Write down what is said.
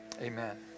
amen